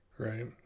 Right